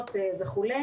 לקויות וכו'.